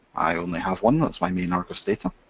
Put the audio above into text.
i only have one, that's my main argosdata.